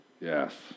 yes